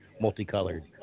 multicolored